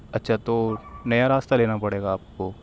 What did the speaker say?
اچھا تو نیا راستہ لینا پڑے گا آپ کو